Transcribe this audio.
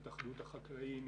עם התאחדות החקלאים,